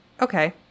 Okay